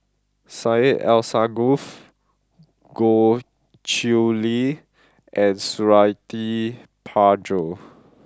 Syed Alsagoff Goh Chiew Lye and Suradi Parjo